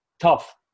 tough